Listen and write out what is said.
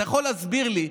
אתה יכול להסביר לי?